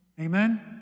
Amen